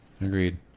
Agreed